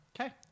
Okay